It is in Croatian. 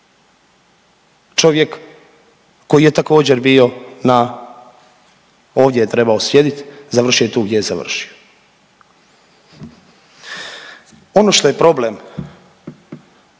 čovjek koji je također bio na ovdje je trebao sjediti, završio je tu gdje je završio. Ono što je problem,